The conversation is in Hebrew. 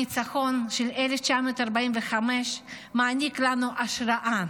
הניצחון של 1945 מעניק לנו השראה,